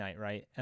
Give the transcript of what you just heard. right